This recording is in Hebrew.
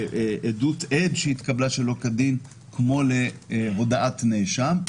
לעדות עד שהתקבלה שלא כדין כמו להודאת נאשם.